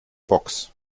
box